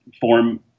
form